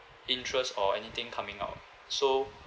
interest or anything coming out so